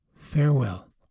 Farewell